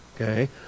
Okay